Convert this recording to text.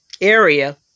area